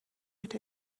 with